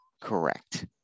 correct